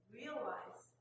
realize